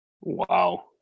Wow